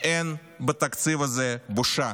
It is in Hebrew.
אין בתקציב הזה בושה.